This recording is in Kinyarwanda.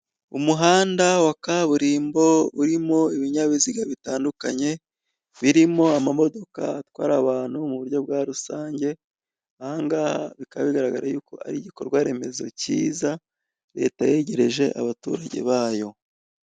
Umuhanda wa kaburimbo urimo ibinyabiziga bitandukanye, birimo amamodoka atwara abantu mu buryo bwa rusange, aha ngaha bikaba bigaragara yuko ari igikorwaremezo cyiza Leta yegereje abaturage bayo.